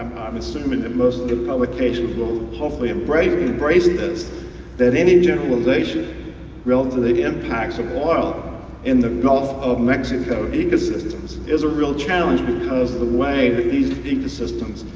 i'm assuming that most of the publications will hopefully embrace embrace this that any generalization relative to the impacts of oil in the gulf of mexico ecosystems is a real challenge, because of the way that these ecosystems,